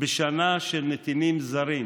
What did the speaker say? בשנה של נתינים זרים.